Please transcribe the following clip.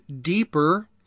deeper